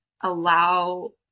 allow